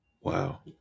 wow